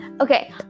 okay